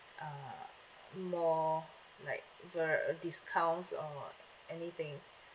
uh more like uh discounts or anything